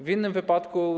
W innym wypadku.